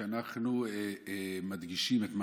ושאנחנו מדגישים את זה,